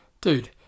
Dude